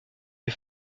des